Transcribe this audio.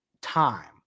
time